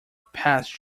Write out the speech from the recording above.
passed